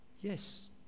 Yes